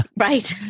Right